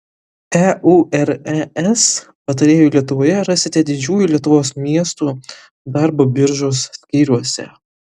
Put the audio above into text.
eures patarėjų lietuvoje rasite didžiųjų lietuvos miestų darbo biržos skyriuose